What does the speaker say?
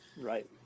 Right